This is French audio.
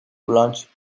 blanche